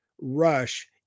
rush